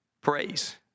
praise